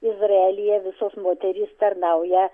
izraelyje visos moterys tarnauja